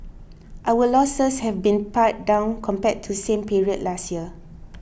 our losses have been pared down compared to same period last year